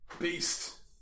beast